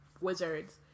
wizards